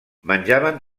menjaven